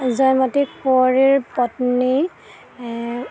জয়মতী কুঁৱৰীৰ পত্নী